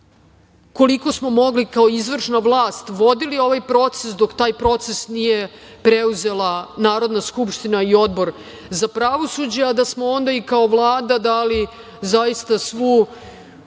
koliko smo mogli kao izvršna vlast, vodili ovaj proces dok taj proces nije preuzela Narodna skupština i Odbor za pravosuđe, a da smo onda i kao Vlada dali zaista svu